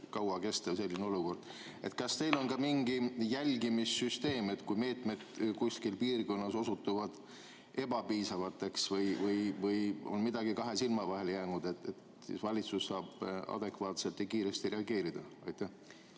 kaua kesta. Kas teil on ka mingi jälgimissüsteem, et kui meetmed kuskil piirkonnas osutuvad ebapiisavaks või on midagi kahe silma vahele jäänud, siis valitsus saab adekvaatselt ja kiiresti reageerida? Aitäh,